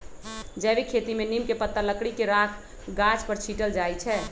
जैविक खेती में नीम के पत्ता, लकड़ी के राख गाछ पर छिट्ल जाइ छै